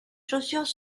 chaussures